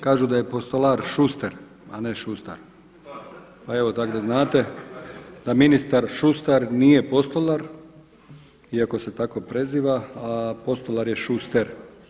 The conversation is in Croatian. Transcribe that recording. Kažu da je postolar šuster, a ne šustar, pa evo tako da znade da ministar Šustar nije postolar iako se tako preziva, a postolar je šuster.